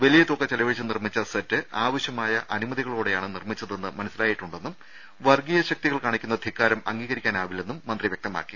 വലിയ തുക ചെലവഴിച്ച് നിർമ്മിച്ച സെറ്റ് ആവശ്യമായ അനുമതികളോടെയാണ് നിർമ്മിച്ചതെന്ന് മനസിലായിട്ടുണ്ടെന്നും വർഗീയ ശക്തികൾ കാണിക്കുന്ന ധിക്കാരം അംഗീകരിക്കാനാവില്ലെന്നും മന്ത്രി വ്യക്തമാക്കി